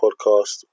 Podcast